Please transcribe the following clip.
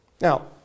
Now